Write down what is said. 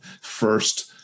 first